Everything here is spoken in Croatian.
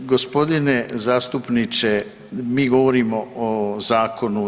Gospodine zastupniče, mi govorimo o zakonu.